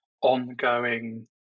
ongoing